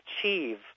achieve